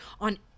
on